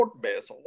Base